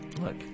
look